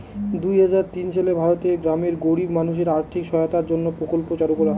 দুই হাজার তিন সালে ভারতের গ্রামের গরিব মানুষদের আর্থিক সহায়তার জন্য প্রকল্প চালু করা হয়